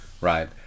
right